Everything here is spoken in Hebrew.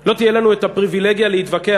לא תהיה לנו הפריבילגיה להתווכח,